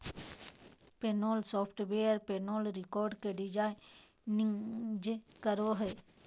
payroll software payroll record के digitise करो हइ